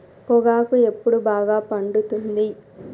పొగాకు ఎప్పుడు బాగా పండుతుంది?